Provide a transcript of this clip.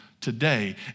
today